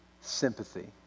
sympathy